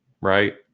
Right